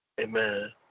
Amen